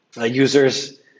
users